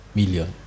million